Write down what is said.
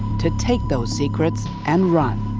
to take those secrets and run.